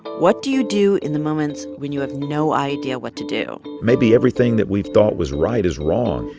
what do you do in the moments when you have no idea what to do? maybe everything that we've thought was right is wrong.